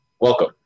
welcome